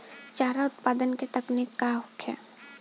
चारा उत्पादन के तकनीक का होखे?